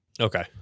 Okay